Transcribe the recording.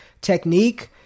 technique